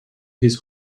his